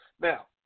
Now